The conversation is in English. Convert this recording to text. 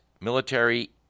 military